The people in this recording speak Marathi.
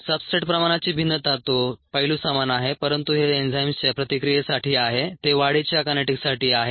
सब्सट्रेट प्रमाणाची भिन्नता तो पैलू समान आहे परंतु हे एन्झाईम्सच्या प्रतिक्रियेसाठी आहे ते वाढीच्या कायनेटीक्ससाठी आहे